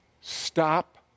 stop